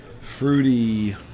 fruity